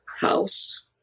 house